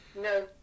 No